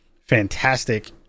fantastic